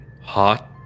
Hot